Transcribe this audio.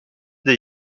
des